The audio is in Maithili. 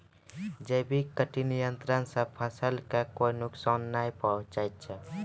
जैविक कीट नियंत्रण सॅ फसल कॅ कोय नुकसान नाय पहुँचै छै